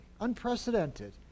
unprecedented